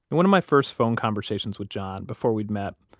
one of my first phone conversations with john, before we'd met,